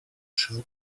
shell